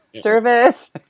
service